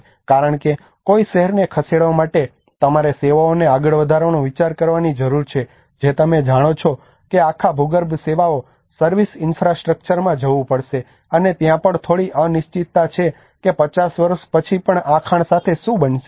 કારણ કે કોઈ શહેરને ખસેડવા માટે તમારે સેવાઓને આગળ વધારવાનો વિચાર કરવાની જરૂર છે જે તમે જાણો છો કે આખા ભૂગર્ભ સેવાઓ સર્વિસ ઇન્ફ્રાસ્ટ્રક્ચરમાં જવું પડશે અને ત્યાં પણ થોડી અનિશ્ચિતતા છે કે 50 વર્ષ પછી આ ખાણ સાથે શું બનશે